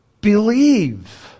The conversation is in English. believe